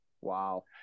Wow